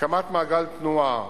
הקמת מעגל תנועה